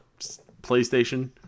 PlayStation